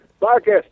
Marcus